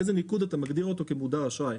באיזה ניקוד אתה מגדיר מודר אשראי.